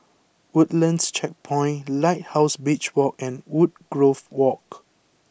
Woodlands Checkpoint Lighthouse Beach Walk and Woodgrove Walk